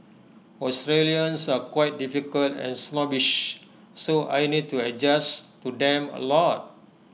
Australians are quite difficult and snobbish so I need to adjust to them A lot